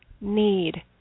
need